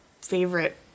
favorite